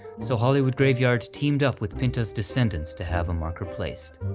so hollywood graveyard teamed up with pinto's descendants to have a marker placed.